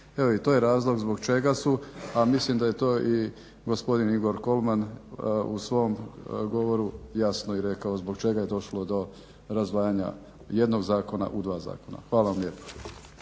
to je razlog zbog čega su, a mislim da je to i gospodin Igor Kolman u svom govoru jasno rekao zbog čega je došlo do razdvajanja jednog zakona u dva zakona. Hvala vam lijepa.